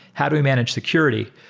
how do we manage security?